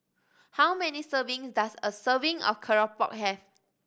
how many serving does a serving of keropok have